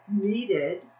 needed